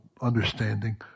understanding